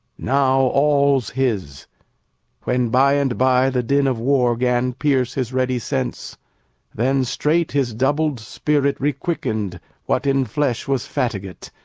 now all's his when, by and by, the din of war gan pierce his ready sense then straight his doubled spirit re-quick'ned what in flesh was fatigate,